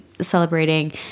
celebrating